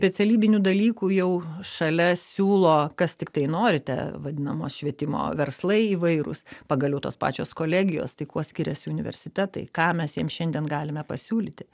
specialybinių dalykų jau šalia siūlo kas tiktai norite vadinamos švietimo verslai įvairūs pagaliau tos pačios kolegijos tai kuo skiriasi universitetai ką mes jiems šiandien galime pasiūlyti